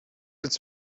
jetzt